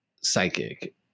psychic